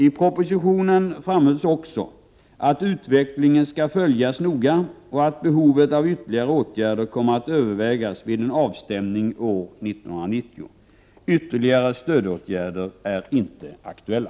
I propositionen framhölls också att utvecklingen skall följas noga och att behovet av ytterligare åtgärder kommer att övervägas vid en avstämning år 1990. Ytterligare stödåtgärder är inte aktuella.